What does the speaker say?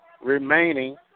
remaining